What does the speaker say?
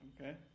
Okay